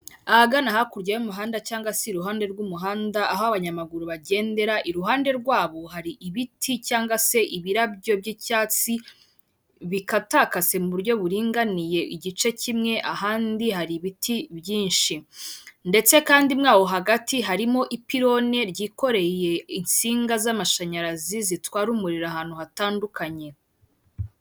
Ahagana hakurya y'umuhanda cyangwa se iruhande rw'umuhanda aho abanyamaguru bagendera iruhande rwabo hari ibiti cyangwa se ibirabyo by'icyatsi bikatakase mu buryo buringaniye igice kimwe ahandi hari ibiti byinshi ndetse kandi mwawo hagati harimo ipironi ryikoreye insinga z'amashanyarazi zitwara umuriro ahantu hatandukanye.